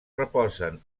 reposen